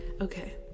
okay